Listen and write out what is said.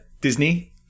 Disney